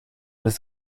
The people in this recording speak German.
des